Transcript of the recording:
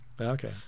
Okay